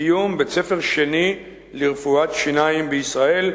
בקיום בית-ספר שני לרפואת שיניים בישראל,